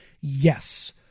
Yes